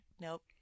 nope